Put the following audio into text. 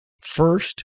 First